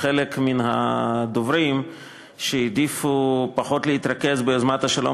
חלק מן הדוברים שהעדיפו פחות להתרכז ביוזמת השלום